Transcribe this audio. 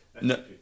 No